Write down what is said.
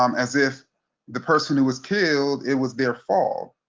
um as if the person who was killed, it was their fault,